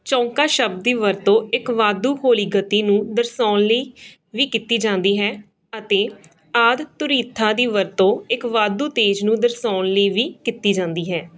ਚੌਂਕਾ ਸ਼ਬਦ ਦੀ ਵਰਤੋਂ ਇੱਕ ਵਾਧੂ ਹੌਲੀ ਗਤੀ ਨੂੰ ਦਰਸਾਉਣ ਲਈ ਵੀ ਕੀਤੀ ਜਾਂਦੀ ਹੈ ਅਤੇ ਆਦਿ ਧੁਰੀਥਾ ਦੀ ਵਰਤੋਂ ਇੱਕ ਵਾਧੂ ਤੇਜ਼ ਨੂੰ ਦਰਸਾਉਣ ਲਈ ਵੀ ਕੀਤੀ ਜਾਂਦੀ ਹੈ